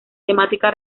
temática